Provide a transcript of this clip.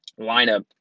Lineup